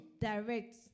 direct